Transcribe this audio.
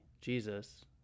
Jesus